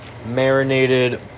marinated